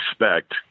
respect